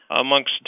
amongst